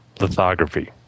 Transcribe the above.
lithography